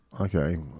Okay